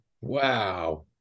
Wow